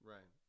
Right